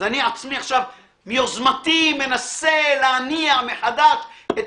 אז אני עצמי עכשיו מיוזמתי מנסה להניע מחדש את